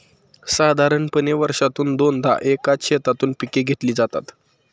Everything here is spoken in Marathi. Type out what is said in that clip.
साधारणपणे वर्षातून दोनदा एकाच शेतातून पिके घेतली जातात